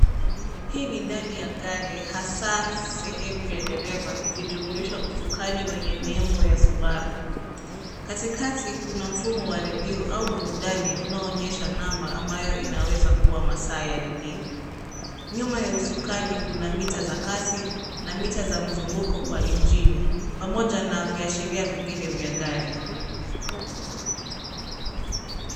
Hii ni ndani ya gari hasa sehemu ya dereva ikijumuisha usukani wenye nembo ya Subaru. Katikati kuna mfumo wa redio au burudani unaoonyesha namba ambayo inaweza kuwa masaa ya redio. Nyuma ya usukani kuna mita za kasi na mita za mzunguko kwa injini pamoja na viashiria vingine vya gari.